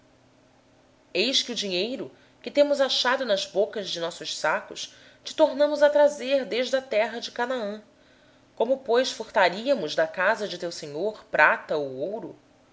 eis que o dinheiro que achamos nas bocas dos nossos sacos to tornamos a trazer desde a terra de canaã como pois furtaríamos da casa do teu senhor prata ou ouro